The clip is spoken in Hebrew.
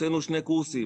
הוצאנו שני קורסים.